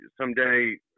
Someday